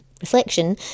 reflection